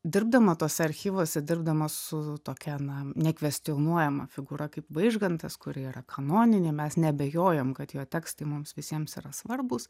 dirbdama tuose archyvuose dirbdamas su tokia na nekvestionuojama figūra kaip vaižgantas kari yra kanoninė mes neabejojam kad jo tekstai mums visiems yra svarbūs